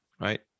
right